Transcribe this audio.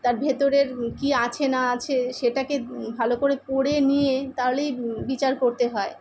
তার ভিতরের কী আছে না আছে সেটাকে ভালো করে পড়ে নিয়ে তাহলেই বিচার করতে হয়